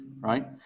right